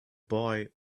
boy